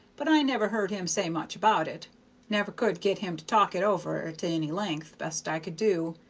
but i never heard him say much about it never could get him to talk it over to any length, best i could do.